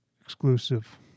exclusive